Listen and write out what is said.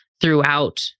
throughout